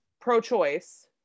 pro-choice